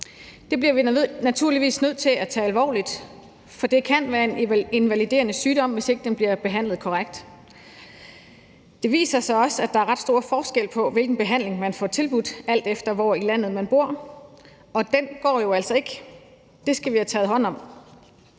Det bliver vi naturligvis nødt til at tage alvorligt, for det kan være en invaliderende sygdom, hvis ikke den bliver behandlet korrekt. Det viser sig også, at der ret stor forskel på, hvilken behandling man får tilbudt, alt efter hvor i landet man bor, og den går jo altså ikke. Det skal vi have taget hånd om.